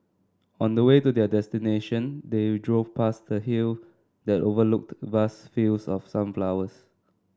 on the way to their destination they drove past the hill that overlooked vast fields of sunflowers